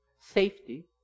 Safety